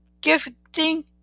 gifting